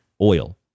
oil